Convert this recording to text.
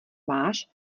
máš